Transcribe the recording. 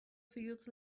feels